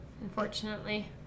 unfortunately